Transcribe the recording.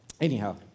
Anyhow